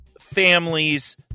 families